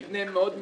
מבנה מאוד מיושן.